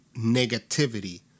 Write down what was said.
negativity